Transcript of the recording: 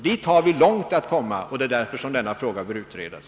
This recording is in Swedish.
Dit har vi långt att gå, och därför bör denna fråga utredas.